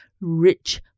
rich